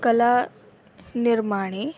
कलानिर्माणे